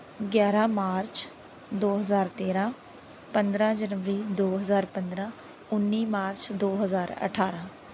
ਗਿਆਰਾਂ ਮਾਰਚ ਦੋ ਹਜ਼ਾਰ ਤੇਰ੍ਹਾਂ ਪੰਦਰਾਂ ਜਨਵਰੀ ਦੋ ਹਜ਼ਾਰ ਪੰਦਰਾਂ ਉੱਨੀ ਮਾਰਚ ਦੋ ਹਜ਼ਾਰ ਅਠਾਰਾਂ